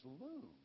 loom